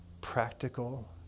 practical